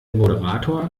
moderator